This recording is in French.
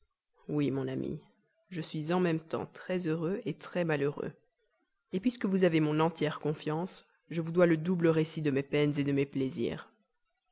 oui mon amie je suis en même temps très heureux très malheureux puisque vous avez mon entière confiance je vous dois le double récit de mes peines de mes plaisirs